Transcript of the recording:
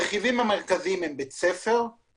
הרכיבים המרכזיים הם בית ספר,